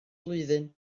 blwyddyn